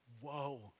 Whoa